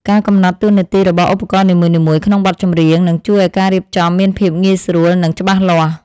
ការកំណត់តួនាទីរបស់ឧបករណ៍នីមួយៗក្នុងបទចម្រៀងនឹងជួយឱ្យការរៀបចំមានភាពងាយស្រួល និង ច្បាស់លាស់។